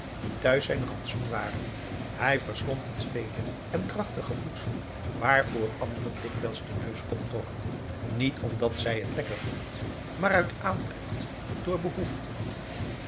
die thuis zijn rantsoen waren hij verslond het vele en krachtige voedsel waarvoor anderen dikwijls den neus optrokken niet omdat hij t lekker vond maar uit aandrift door behoefte